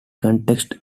context